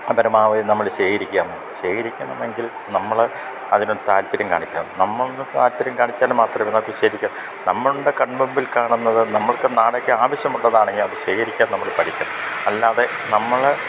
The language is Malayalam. പരമാവധി നമ്മള് ശേഖരിക്കുക ശേഖരിക്കണമെങ്കിൽ നമ്മള് അതിനൊരു താല്പര്യം കാണിക്കണം നമ്മള് താല്പര്യം കാണിച്ചാല് മാത്രമേ അതു ശേഖരിക്കാം നമ്മളുടെ കൺമുമ്പിൽ കാണുന്നത് നമ്മള്ക്കു നാളേക്ക് ആവശ്യമുള്ളതാണെങ്കില് അതു ശഖരിക്കാൻ നമ്മള് പഠിക്കണം അല്ലാതെ നമ്മള്